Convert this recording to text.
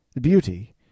beauty